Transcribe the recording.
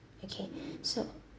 okay so